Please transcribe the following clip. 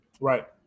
Right